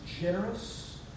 generous